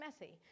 messy